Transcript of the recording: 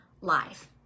live